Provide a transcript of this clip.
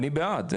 אני בעד,